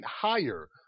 higher